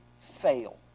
fail